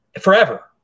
forever